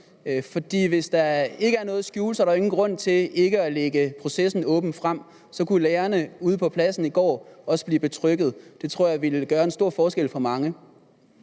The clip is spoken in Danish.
For hvis ikke der er noget at skjule, er der jo ingen grund til ikke at lægge processen åbent frem, så kunne lærerne ude på pladsen i går også blive betrygget. Det tror jeg ville gøre en stor forskel for mange.